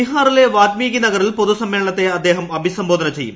ബീഹാറിലെ വാൽമീകി നഗറിൽ പൊതുസമ്മേളനത്തെട്ടു ആദ്ദേഹം അഭിസംബോധന ചെയ്യും